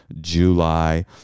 July